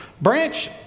Branch